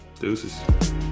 Deuces